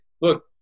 look